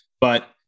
But-